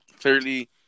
clearly